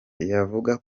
yavuze